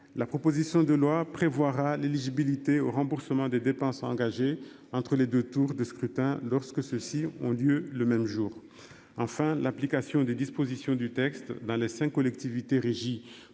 La proposition de loi prévoira l'éligibilité au remboursement des dépenses engagées entre les 2 tours de scrutin lorsque ceux-ci ont lieu le même jour. Enfin, l'application des dispositions du texte dans les cinq collectivités régies